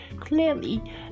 clearly